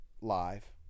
live